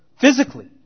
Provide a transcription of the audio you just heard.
Physically